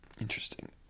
Interesting